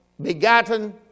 begotten